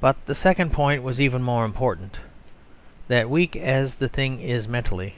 but the second point was even more important that weak as the thing is mentally